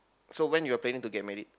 so when you're planning to get married